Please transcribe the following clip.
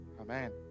Amen